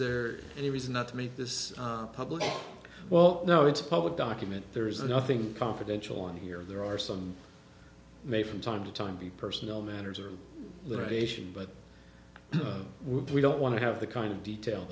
there any reason not to make this public well know it's a public document there is nothing confidential on here there are some may from time to time be personal matters or liberation but we don't want to have the kind of detail